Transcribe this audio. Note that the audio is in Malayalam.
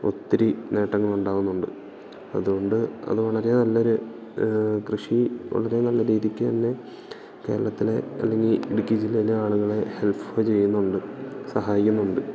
ഒത്തിരി നേട്ടങ്ങളുണ്ടാവുന്നുണ്ട് അതുകൊണ്ട് അത് വളരെ നല്ല ഒരു കൃഷി വളരെ നല്ല രീതിക്ക് തന്നെ കേരളത്തിലെ അല്ലെങ്കിൽ ഇടുക്കി ജില്ലയിലെ ആളുകളെ ഹെൽഫ് ചെയ്യുന്നുണ്ട് സഹായിക്കുന്നുണ്ട്